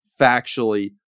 factually